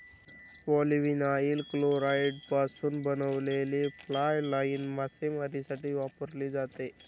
polyvinyl क्लोराईडपासून बनवलेली fly line मासेमारीसाठी वापरली जाते